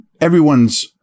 everyone's